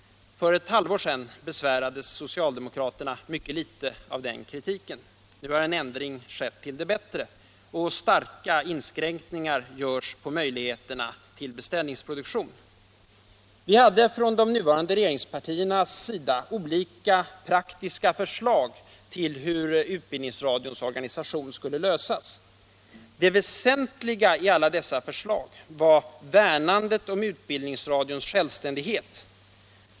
För ett halvår sedan besvärades socialdemokraterna mycket litet av den kritiken. Nu har en ändring till det bättre skett, och starka inskränkningar läggs på möjligheterna till beställningsproduktion. De nuvarande regeringspartierna hade olika praktiska förslag till hur utbildningsradions organisation skulle lösas. Det väsentliga i alla dessa förslag var värnandet om utbildningsradions självständighet.